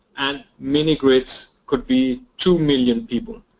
and mini-grids could be two million people.